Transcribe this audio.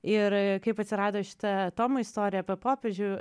ir kaip atsirado šita tomo istorija apie popiežių